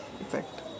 effect